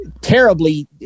terribly